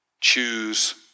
Choose